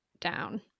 down